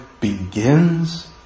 begins